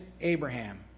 Abraham